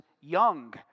young